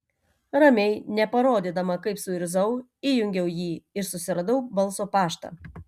ramiai neparodydama kaip suirzau įjungiau jį ir susiradau balso paštą